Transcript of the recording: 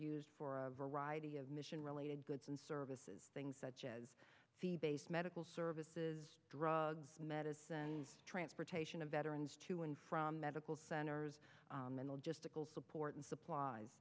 used for a variety of mission related goods and services things such as fee based medical services drugs medicines transportation of veterans to and from medical centers mental just ical support and supplies